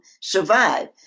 survive